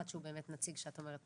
אחד שהוא באמת נציג כמו שאת אומרת,